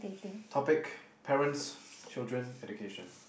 topic parents children education